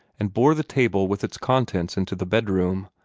and bore the table with its contents into the bedroom.